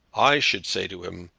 i should say to him,